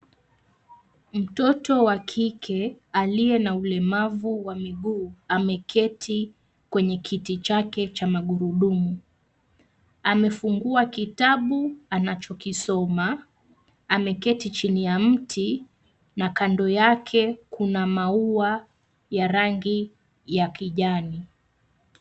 Mtoto wa kike aliye na ulemavu wa miguu ameketi kwenye kiti chake cha magurudumu. Amefungua kitabu anachokisoma. Ameketi chini ya mti na kando yake kuna maua ya rangi ya kijani.